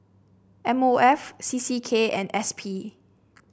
M O F C C K and S P